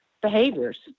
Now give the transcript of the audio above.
behaviors